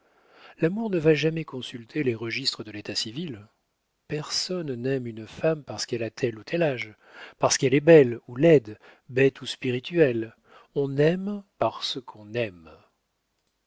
l'amour ne va jamais consulter les registres de l'état civil personne n'aime une femme parce qu'elle a tel ou tel âge parce qu'elle est belle ou laide bête ou spirituelle on aime parce qu'on aime